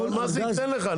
אבל מה זה ייתן לך?